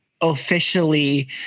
officially